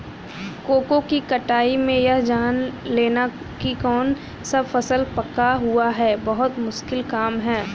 cocoa की कटाई में यह जान लेना की कौन सा फल पका हुआ है बहुत मुश्किल काम है